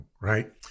right